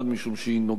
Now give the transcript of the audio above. משום שהיא נוגעת,